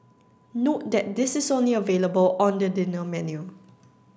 note that this is only available on the dinner menu